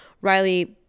Riley